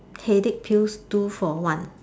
headache pills two for one